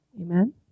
Amen